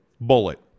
bullet